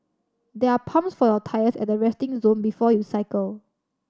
there are pumps for your tyres at the resting zone before you cycle